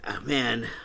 man